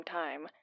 time